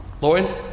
Lloyd